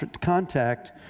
contact